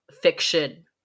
fiction